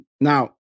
now